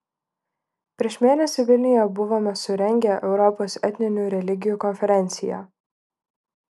prieš mėnesį vilniuje buvome surengę europos etninių religijų konferenciją